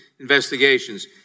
investigations